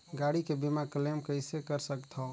गाड़ी के बीमा क्लेम कइसे कर सकथव?